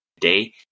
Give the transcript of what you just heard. day